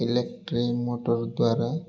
electric motor ଦ୍ୱାରା